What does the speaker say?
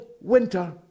winter